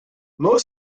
many